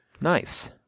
Nice